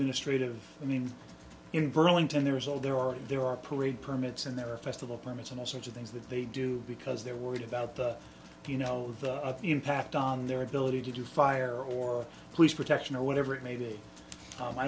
administrative i mean in burlington there is no there or there are parade permits and there are festival permits and all sorts of things that they do because they're worried about the you know the impact on their ability to fire or police protection or whatever it maybe